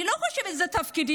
אני לא חושבת שזה תפקידי.